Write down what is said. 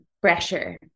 pressure